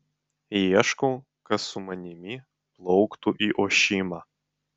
ieškau kas su manimi plauktų į ošimą